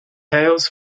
hails